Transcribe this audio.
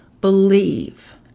believe